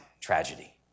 tragedy